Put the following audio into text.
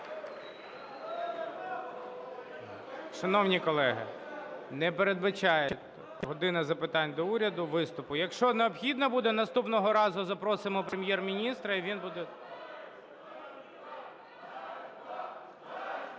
Шановні колеги, не передбачає "година запитань до Уряду" виступи. Якщо необхідно буде, наступного разу запросимо Прем'єр-міністра, і він буде…